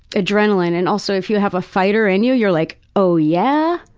adrenaline. and also, if you have a fighter in you, you're like oh yeah